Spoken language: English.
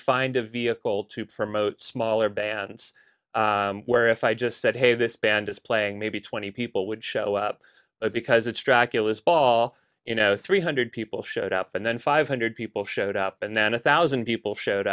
find a vehicle to promote smaller bands where if i just said hey this band is playing maybe twenty people would show up because it's dracula's ball you know three hundred people showed up and then five hundred people showed up and then a thousand people showed